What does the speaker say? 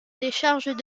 décharges